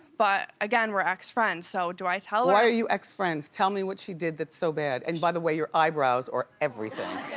but again, we're ex-friends. so do i tell her? why are you ex-friends? tell me what she did that's so bad. and by the way your eyebrows are everything.